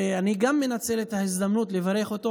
שאני גם מנצל את ההזדמנות לברך אותו.